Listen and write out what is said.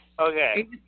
Okay